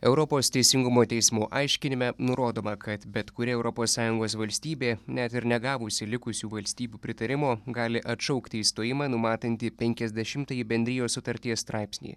europos teisingumo teismo aiškinime nurodoma kad bet kuri europos sąjungos valstybė net ir negavusi likusių valstybių pritarimo gali atšaukti įstojimą numatantį penkiasdešimtąjį bendrijos sutarties straipsnį